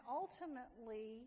ultimately